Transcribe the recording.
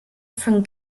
from